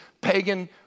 pagan